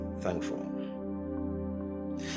thankful